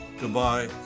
Goodbye